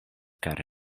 kara